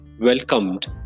welcomed